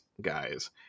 guys